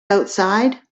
outside